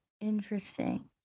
Interesting